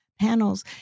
panels